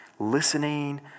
listening